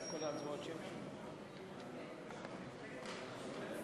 הצעת החוק של חבר הכנסת איציק שמולי